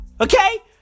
okay